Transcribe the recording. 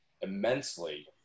immensely